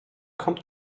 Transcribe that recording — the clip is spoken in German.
kommt